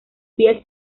pies